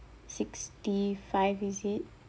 sixty-five is it